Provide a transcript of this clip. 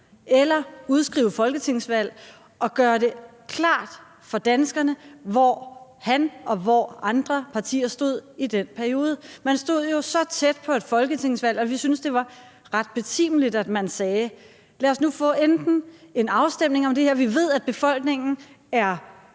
eller udskrive folketingsvalg og gøre det klart for danskerne, hvor han og hvor andre partier stod i den periode. Man stod jo så tæt på et folketingsvalg, at vi syntes, det var ret betimeligt, at man sagde: Lad os nu enten få en folkeafstemning om det her – vi ved, at befolkningen er